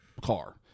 car